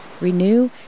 renew